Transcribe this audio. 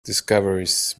discoveries